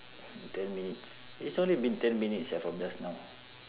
ten minutes it's only been ten minutes sia from just now